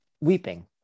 weeping